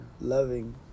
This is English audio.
loving